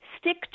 stick